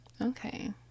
okay